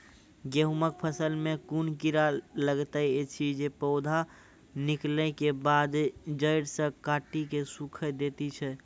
गेहूँमक फसल मे कून कीड़ा लागतै ऐछि जे पौधा निकलै केबाद जैर सऽ काटि कऽ सूखे दैति छै?